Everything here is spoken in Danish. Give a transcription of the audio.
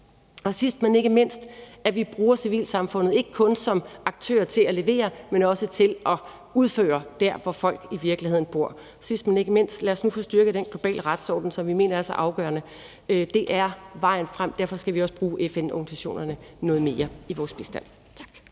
og sidst, men ikke mindst, at vi bruger civilsamfundet ikke kun som aktører til at levere, men også til at udføre det der, hvor folk i virkeligheden bor. Sidst, men ikke mindst: Lad os nu få styrket den globale retsorden, som vi mener er så afgørende. Det er vejen frem. Derfor skal vi også bruge FN-organisationerne noget mere i vores bistand.